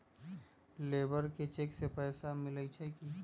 Labour के cheque से पैसा मिलई छई कि?